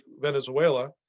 Venezuela